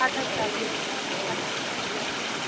اَدٕ حظ چَلو تُلِو اہن حظ رۄبَس بِہو رۄبَس حوالہٕ